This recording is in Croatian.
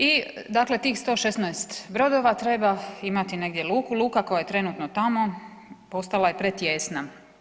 I dakle tih 116 brodova treba imati negdje luku, luka koja je trenutno tamo postala je pretijesna.